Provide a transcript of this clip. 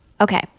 Okay